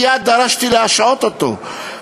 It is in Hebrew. מייד דרשתי להשעות אותו.